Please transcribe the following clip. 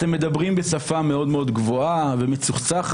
אתם מדברים בשפה מאוד מאוד גבוהה ומצוחצחת,